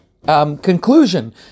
Conclusion